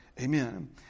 amen